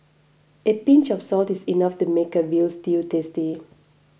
a pinch of salt is enough to make a Veal Stew tasty